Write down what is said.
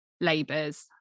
labours